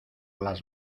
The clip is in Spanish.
las